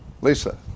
Lisa